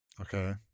Okay